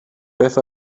beth